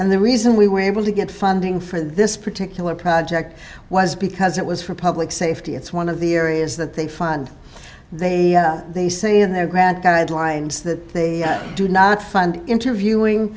and the reason we were able to get funding for this particular project was because it was for public safety it's one of the areas that they fund they they say in their grant guidelines that they do not fund interviewing